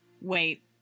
Wait